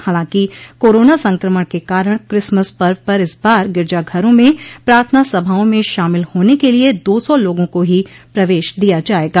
हालांकि कोरोना संक्रमण के कारण क्रिसमस पर्व पर इस बार गिरजाघरों में प्रार्थना सभाओं में शामिल होने के लिये दो सौ लोगों को ही प्रवेश दिया जायेगा